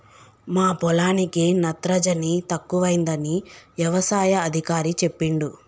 మా పొలానికి నత్రజని తక్కువైందని యవసాయ అధికారి చెప్పిండు